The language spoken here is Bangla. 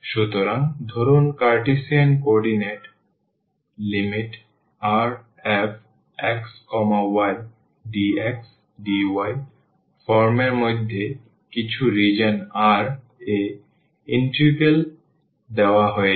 সুতরাং ধরুন কার্টেসিয়ান কোঅর্ডিনেট∬Rfxydxdy ফর্মের মধ্যে কিছু রিজিওন r এ ইন্টিগ্রাল দেওয়া হয়েছে